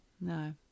No